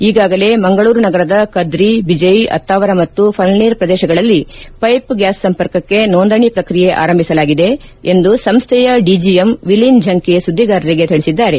ಈಗಾಗಲೇ ಮಂಗಳೂರು ನಗರದ ಕದ್ರಿ ಬಿಜ್ಜೆ ಅತ್ತಾವರ ಮತ್ತು ಫಳ್ನೀರ್ ಪ್ರದೇಶಗಳಲ್ಲಿ ಷೈಪ್ ಗ್ಲಾಸ್ ಸಂಪರ್ಕಕ್ಕೆ ನೋಂದಣಿ ಪ್ರಕ್ರಿಯೆ ಆರಂಭಿಸಲಾಗಿದೆ ಎಂದು ಸಂಸ್ವೆಯ ಡಿಜಿಎಂ ವಿಲೀನ್ ಝಂಕೆ ಸುದ್ದಿಗಾರಂಗೆ ತಿಳಿಸಿದ್ದಾರೆ